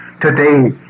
today